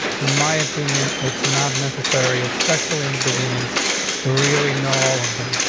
in my opinion, it's not necessary, especially in the beginning to really know all of them.